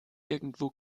irgendwo